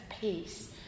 peace